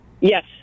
Yes